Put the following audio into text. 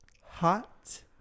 hot